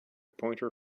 pointer